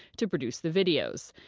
to produce the videos.